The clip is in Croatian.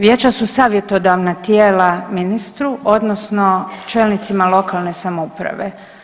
Vijeća su savjetodavna tijela ministru odnosno čelnicima lokalne samouprave.